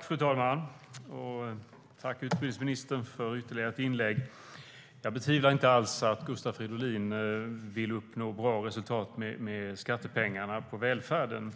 Fru talman! Tack, utbildningsministern, för ytterligare ett inlägg! Jag betvivlar inte alls att Gustav Fridolin vill uppnå bra resultat med skattepengarna i välfärden.